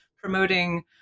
promoting